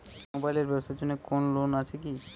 Mobile এর ব্যাবসার জন্য কোন লোন আছে কি?